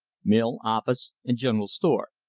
mill, office, and general store.